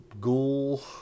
ghoul